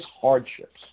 hardships